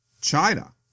China